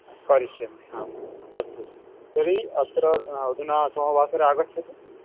करिष्यामि आम् अस्तु तर्हि अत्र अधुना सोमवासरे आगच्छतु